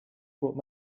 brought